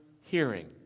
hearing